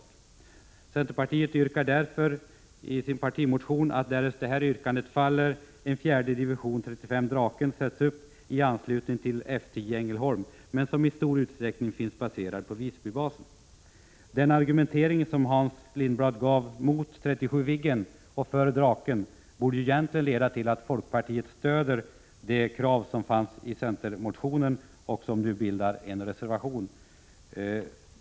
Centerpartiet yrkar i sin partimotion därför att, därest yrkandet faller, en fjärde division 35 Draken sätts upp i anslutning till F 10 i Ängelholm, vilken dock i stor utsträckning finns baserad på Visbybasen. Den argumentering som Hans Lindblad gav mot 37 Viggen och för Draken borde egentligen leda till att folkpartiet stöder det krav som fanns i centermotionen och som nu bildar en reservation.